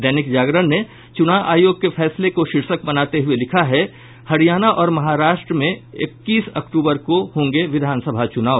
दैनिक जागरण ने चुनाव आयोग के फैसले को शीर्षक बनाते हुये लिखा है हरियाणा और महाराष्ट्र मे इक्कीस अक्टूबर को होंगे विधानसभा चुनाव